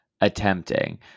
attempting